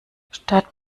statt